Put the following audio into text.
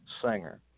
singer